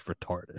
retarded